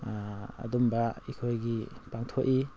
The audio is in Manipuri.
ꯑꯗꯨꯝꯕ ꯑꯩꯈꯣꯏꯒꯤ ꯄꯥꯡꯊꯣꯛꯏ